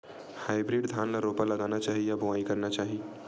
Hybrid धान ल रोपा लगाना चाही या बोआई करना चाही?